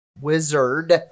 wizard